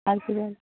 আসবেন